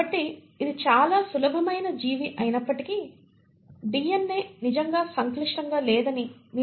కాబట్టి ఇది చాలా సులభమైన జీవి అయినప్పటికీ DNA నిజంగా సంక్లిష్టంగా లేదని మీరు కనుగొంటారు